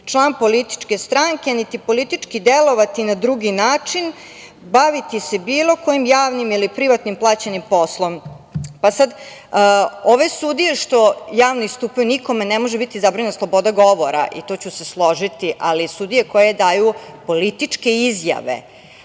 član političke stranke niti politički delovati na drugi način, baviti se bilo kojim javnim ili privatnim, plaćenim poslom. Ove sudije što javno istupaju, nikome ne može biti zabranjena sloboda govora, tu ću se složiti, ali sudije koje daju političke izjave,